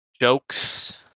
jokes